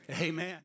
Amen